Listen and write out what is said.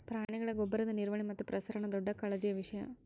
ಪ್ರಾಣಿಗಳ ಗೊಬ್ಬರದ ನಿರ್ವಹಣೆ ಮತ್ತು ಪ್ರಸರಣ ದೊಡ್ಡ ಕಾಳಜಿಯ ವಿಷಯ